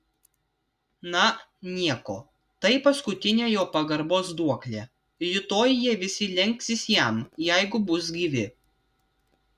na nieko tai paskutinė jo pagarbos duoklė rytoj jie lenksis jam jeigu bus gyvi